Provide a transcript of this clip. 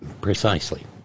Precisely